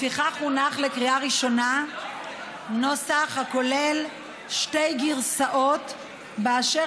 לפיכך הונח לקריאה ראשונה נוסח הכולל שתי גרסאות באשר